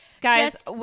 guys